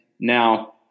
now